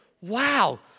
wow